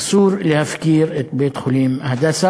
אסור להפקיר את בית-חולים "הדסה",